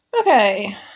Okay